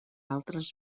altres